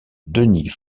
denis